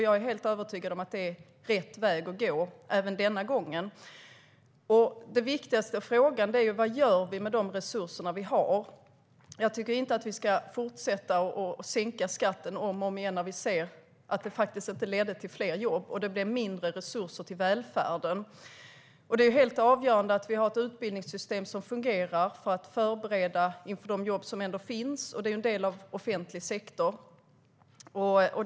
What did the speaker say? Jag är helt övertygad om att det är rätt väg att gå även denna gång. Den viktigaste frågan är: Vad gör vi med de resurser vi har? Jag tycker inte att vi ska fortsätta att sänka skatten om och om igen när vi ser att det faktiskt inte ledde till fler jobb och att det blev mindre resurser till välfärden. Det är helt avgörande att vi har ett utbildningssystem som fungerar för att förbereda människor för de jobb som ändå finns. Det är en del av offentlig sektor.